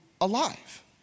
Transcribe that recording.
alive